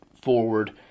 forward